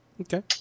okay